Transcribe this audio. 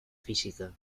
física